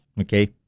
Okay